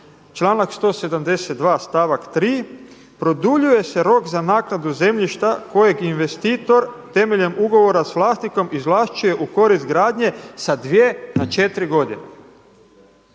Članak 172. stavak 3. produljuje se rok za naknadu zemljišta kojeg investitor temeljem ugovora s vlasnikom izvlašćuje u korist gradnje sa 2 na 4 godine.